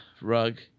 rug